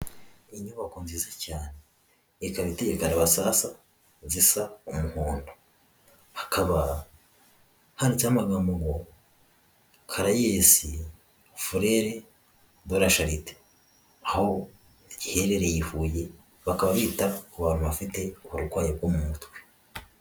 Inyubako nziza cyane ikaba iteye karabasasu z'umuhondo, hakaba handitseho amagambo ngo Caraes Freres de la charite aho giherereye i Huye bakaba bita ku bantu bafite uburwayi bwo mu mutwe.